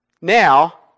Now